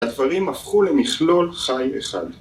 הדברים הפכו למכלול חי אחד